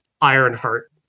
Ironheart